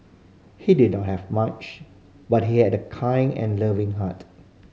he did not have much but he had a kind and loving heart